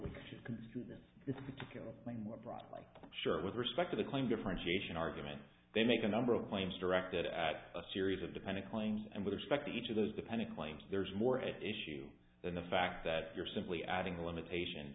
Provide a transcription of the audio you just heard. we should consider this this particular plan more broadly shared with respect to the claim differentiation argument they make a number of claims directed at a series of dependent claims and with respect to each of those dependent claims there's more at issue than the fact that you're simply adding the limitations